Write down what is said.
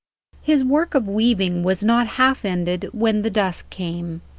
his work of weaving was not half ended when the dusk came.